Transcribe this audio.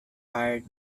hired